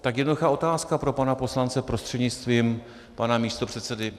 Tak jednoduchá otázka pro pana poslance prostřednictvím pana místopředsedy.